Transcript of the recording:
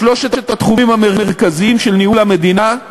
בשלושת התחומים המרכזיים של ניהול המדינה,